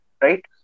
right